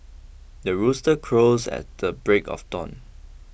the rooster crows at the break of dawn